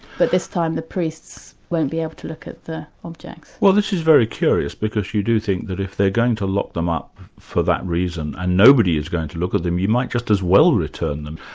but this time the priests won't be able to look at the objects. well this is very curious because you do think that if they're going to lock them up for that reason and nobody is going to look at them, you might just as well return them.